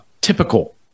typical